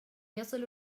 يصل